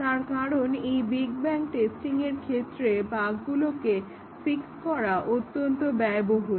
তার কারণ এই বিগ ব্যাং টেস্টিংয়ের ক্ষেত্রে বাগ্গুলোকে ফিক্স করা অত্যন্ত ব্যয়বহুল